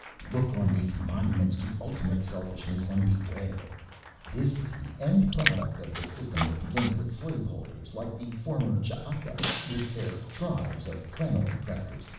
look on these monuments to ultimate selfishness and beware this is the end product of the system that begins with slave-holders like the former ch'aka with their tribes of krenoj crackers,